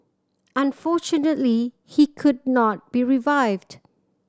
unfortunately he could not be revived